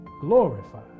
glorified